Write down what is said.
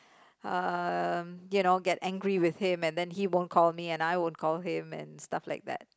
um you know get angry with him and then he won't call me and I won't call him and stuff like that